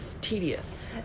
Tedious